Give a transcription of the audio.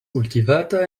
kultivata